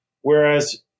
Whereas